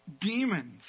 demons